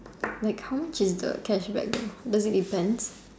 like how much is the cash back though does it depends